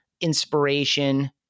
inspiration